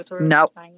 Nope